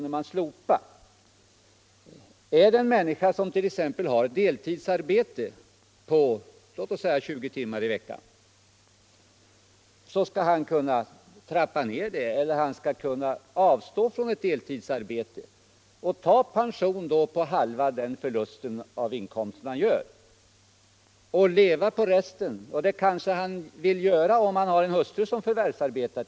En människa som har deltidsarbete på exempelvis 20 timmar i veckan skall kunna trappa ner eller avstå från ett deltidsarbete, ta pension på halva förlusten av inkomsten och leva på resten. Det kanske han vill göra om han t.ex. har en hustru som förvärvsarbetar.